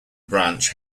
branch